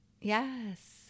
Yes